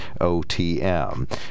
OTM